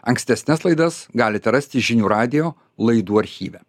ankstesnes laidas galite rasti žinių radijo laidų archyve